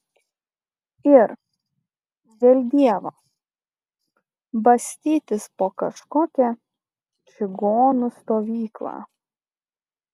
ir dėl dievo bastytis po kažkokią čigonų stovyklą